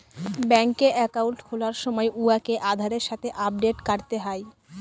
ব্যাংকে একাউল্ট খুলার সময় উয়াকে আধারের সাথে আপডেট ক্যরতে হ্যয়